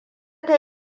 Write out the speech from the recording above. ta